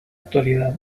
actualidad